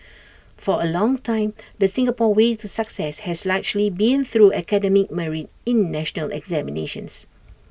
for A long time the Singapore way to success has largely been through academic merit in national examinations